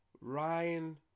Ryan